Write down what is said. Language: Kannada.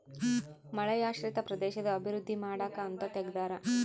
ಮಳೆಯಾಶ್ರಿತ ಪ್ರದೇಶದ ಅಭಿವೃದ್ಧಿ ಮಾಡಕ ಅಂತ ತೆಗ್ದಾರ